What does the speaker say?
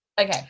Okay